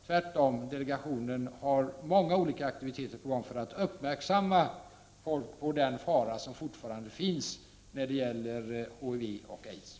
Tvärtom, delegationen har många olika aktiviteter på gång för att uppmärksamma folk på den fara som fortfarande finns när det gäller HIV och aids.